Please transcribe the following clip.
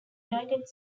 united